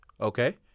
Okay